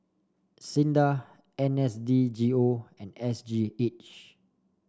SINDA N S D G O and S G H